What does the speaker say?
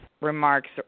remarks